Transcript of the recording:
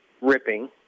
ripping